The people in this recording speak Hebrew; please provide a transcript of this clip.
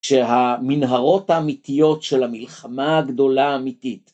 כשהמנהרות האמיתיות של המלחמה הגדולה האמיתית